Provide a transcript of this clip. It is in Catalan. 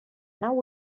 nau